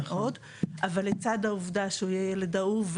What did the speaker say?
אבל לצד העובדה שהוא יהיה ילד אהוב,